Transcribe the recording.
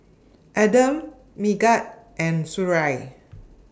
Adam Megat and Suria